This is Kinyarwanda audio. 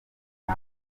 nta